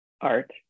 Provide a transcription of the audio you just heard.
art